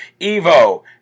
evo